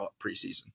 preseason